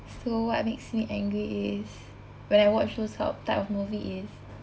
so what makes me angry is when I watch those type of movie is